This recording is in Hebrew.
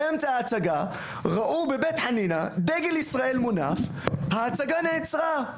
באמצע ההצגה ראו בבית חנינא דגל ישראל מונף וההצגה נעצרה.